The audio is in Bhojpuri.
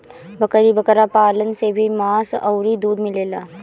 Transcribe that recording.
बकरी बकरा पालन से भी मांस अउरी दूध मिलेला